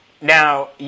Now